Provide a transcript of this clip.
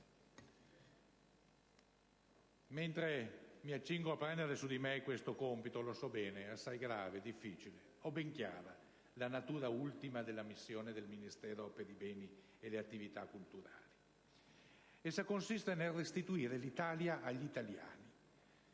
Mentre mi accingo a prendere su di me questo compito - lo so bene - assai grave e difficile, ho ben chiara la natura ultima della missione del Ministero per i beni e le attività culturali. Essa consiste nel restituire l'Italia agli italiani,